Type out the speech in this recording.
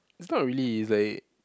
it's not really it's like